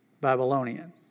Babylonian